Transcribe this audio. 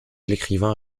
l’écrivain